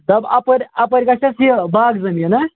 دَپ اَپٲرۍ اَپٲرۍ گَژھٮ۪س یہِ باغہٕ زمیٖن